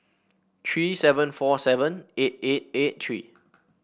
three seven four seven eight eight eight three